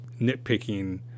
nitpicking